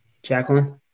Jacqueline